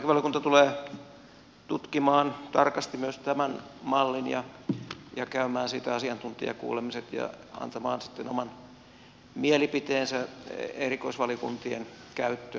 perustuslakivaliokunta tulee tutkimaan tarkasti myös tämän mallin ja käymään siitä asiantuntijakuulemiset ja antamaan sitten omat mielipiteensä erikoisvaliokuntien käyttöön